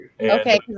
Okay